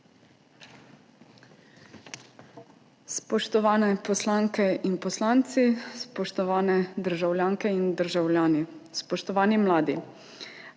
Spoštovane poslanke in poslanci, spoštovane državljanke in državljani, spoštovani mladi!